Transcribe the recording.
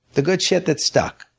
the good shit that stuck.